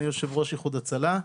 אני יושב ראש איחוד הצלה.